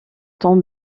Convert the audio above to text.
ton